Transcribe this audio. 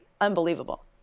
unbelievable